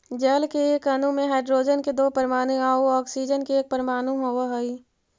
जल के एक अणु में हाइड्रोजन के दो परमाणु आउ ऑक्सीजन के एक परमाणु होवऽ हई